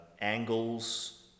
angles